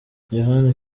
yohani